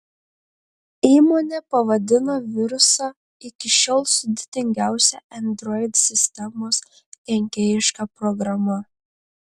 įmonė pavadino virusą iki šiol sudėtingiausia android sistemos kenkėjiška programa